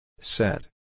Set